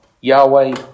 Yahweh